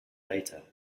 later